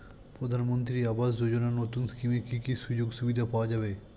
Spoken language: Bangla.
প্রধানমন্ত্রী আবাস যোজনা নতুন স্কিমে কি কি সুযোগ সুবিধা পাওয়া যাবে?